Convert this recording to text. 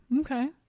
Okay